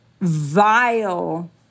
vile